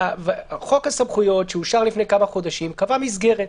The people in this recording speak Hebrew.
חוק הסמכויות שאושר לפני כמה חודשים קבע מסגרת.